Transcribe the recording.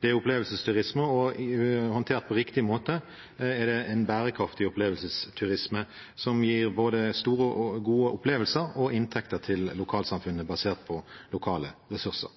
Det er opplevelsesturisme, og håndtert på riktig måte er det en bærekraftig turisme som gir både store og gode opplevelser og inntekter til lokalsamfunnet basert på lokale ressurser.